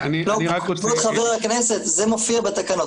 כבוד חברי הכנסת, זה מופיע בתקנות.